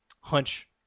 hunch